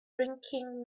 drinking